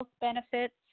benefits